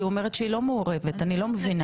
היא אומרת שהיא לא מעורבת, אני לא מבינה.